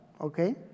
Okay